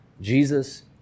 Jesus